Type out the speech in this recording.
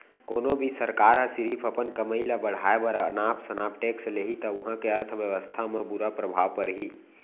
कोनो भी सरकार ह सिरिफ अपन कमई ल बड़हाए बर अनाप सनाप टेक्स लेहि त उहां के अर्थबेवस्था म बुरा परभाव परही